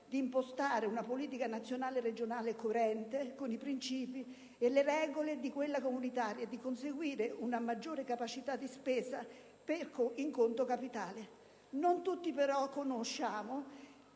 di impostare una politica nazionale regionale coerente con i principi e le regole di quella comunitaria e di conseguire una maggiore capacità di spesa in conto capitale. Non tutti, però, riconosciamo